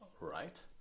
right